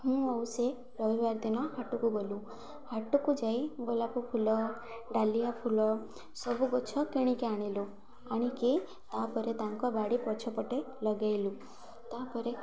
ମୁଁ ଆଉ ସେ ରବିବାର ଦିନ ହାଟକୁ ଗଲୁ ହାଟକୁ ଯାଇ ଗୋଲାପ ଫୁଲ ଡାଲିଆ ଫୁଲ ସବୁ ଗଛ କିଣିକି ଆଣିଲୁ ଆଣିକି ତା'ପରେ ତାଙ୍କ ବାଡ଼ି ପଛ ପଟେ ଲଗାଇଲୁ ତା'ପରେ